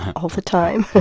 all the time.